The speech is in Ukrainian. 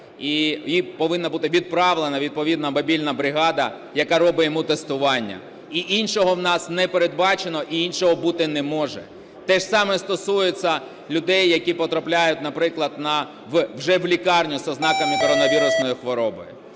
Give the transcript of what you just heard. і повинна бути відправлена відповідно мобільна бригада, яка робить йому тестування. І іншого в нас не передбачено, і іншого бути не може. Те ж саме стосується людей, які потрапляють, наприклад, вже в лікарню з ознаками коронавірусної хвороби.